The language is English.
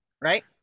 right